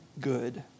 good